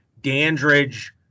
Dandridge